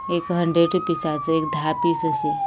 एक हंड्रेड रुपिजाचो एक धा पीस अशे